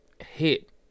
hit